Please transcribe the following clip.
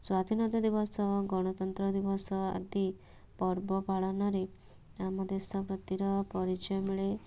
ସ୍ଵାଧୀନତା ଦିବସ ଗଣତନ୍ତ୍ର ଦିବସ ଆଦି ପର୍ବ ପାଳନରେ ଆମ ଦେଶ ଭକ୍ତିର ପରିଚୟ ମିଳେ